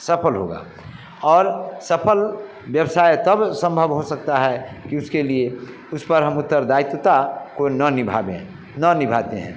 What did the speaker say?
सफल होगा और सफल व्यवसाय तब संभव हो सकता है कि उसके लिए उस पर हम उत्तरदायित्वतता को ना निभावें ना निभाते हैं